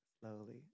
Slowly